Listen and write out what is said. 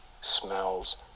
smells